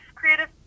creative